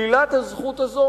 שלילת הזכות הזאת